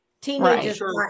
Teenagers